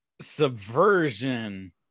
Subversion